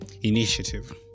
initiative